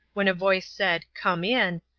when a voice said, come in,